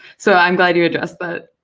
so i'm glad you addressed but